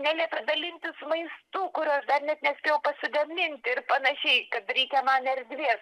neliepė dalintis maistu kurio aš dar net nespėjau pasigaminti ir panašiai kad reikia man erdvės